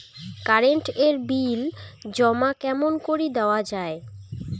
Current এর bill জমা কেমন করি দেওয়া যায়?